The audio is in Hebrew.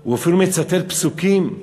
הוא אפילו מצטט פסוקים,